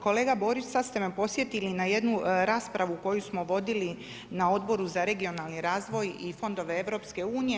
Kolega Borić, sada ste me podsjetili na jednu raspravu koju smo vodili na Odboru za regionalni razvoj i fondove EU.